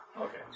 Okay